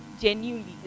genuinely